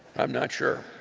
i'm not sure.